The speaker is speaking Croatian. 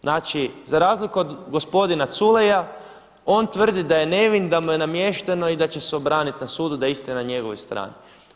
Znači za razliku od gospodina Culeja on tvrdi da je nevin, da mu je namješteno i da će se obraniti na sudu da je istina na njegovoj strani.